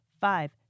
five